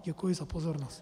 Děkuji za pozornost.